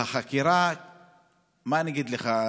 ומה אני אגיד לך,